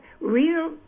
real